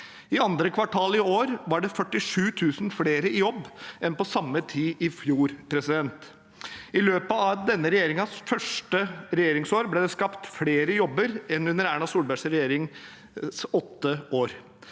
I andre kvartal i år var det 47 000 flere i jobb enn på samme tid i fjor. I løpet av denne regjeringens første regjeringsår ble det skapt flere jobber enn under de åtte årene